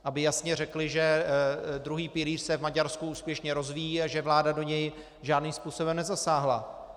Aby jasně řekli, že druhý pilíř se v Maďarsku úspěšně rozvíjí a že vláda do něj žádným způsobem nezasáhla.